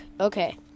Okay